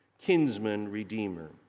kinsman-redeemer